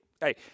hey